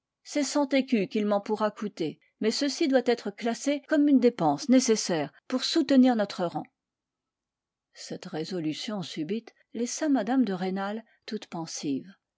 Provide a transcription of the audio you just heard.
c'est cent écus qu'il m'en pourra coûter mais ceci doit être classé comme une dépense nécessaire pour soutenir notre rang cette résolution subite laissa mme de rênal toute pensive